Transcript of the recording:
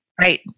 right